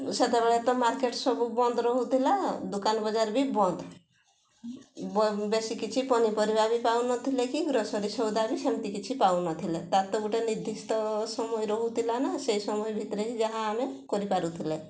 ସେତେବେଳେ ତ ମାର୍କେଟ ସବୁ ବନ୍ଦ ରହୁଥିଲା ଦୋକାନ ବଜାର ବି ବନ୍ଦ ବେଶୀ କିଛି ପନିପରିବା ବି ପାଉନଥିଲେ କି ଗ୍ରୋସରୀ ସଉଦା ବି ସେମିତି କିଛି ପାଉନଥିଲେ ତା ତ ଗୋଟେ ନିର୍ଦ୍ଧିଷ୍ଟ ସମୟ ରହୁଥିଲା ନା ସେ ସମୟ ଭିତରେ ଯାହା ଆମେ କରିପାରୁଥିଲେ